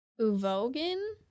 Uvogin